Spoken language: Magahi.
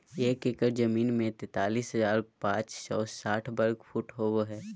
एक एकड़ जमीन में तैंतालीस हजार पांच सौ साठ वर्ग फुट होबो हइ